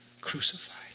crucified